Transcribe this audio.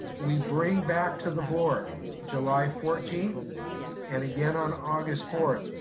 we bring back to the board july fourteenth and again on august fourth,